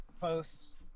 posts